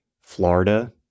Florida